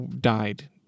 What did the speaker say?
died